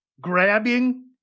grabbing